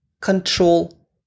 control